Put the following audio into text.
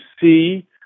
see